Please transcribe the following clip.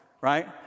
right